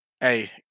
Hey